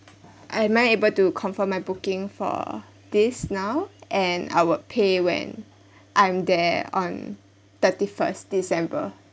I am I able to confirm my booking for this now and I would pay when I'm there on thirty first december